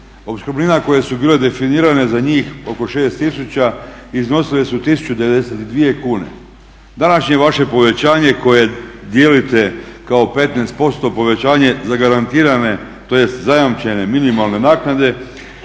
Opskrbnina koje su bile definirane za njih oko 6.000 iznosile su 1.092 kune. Današnje vaše povećanje koje dijelite kao 15% povećanje zagarantirane tj. zajamčene minimalne naknade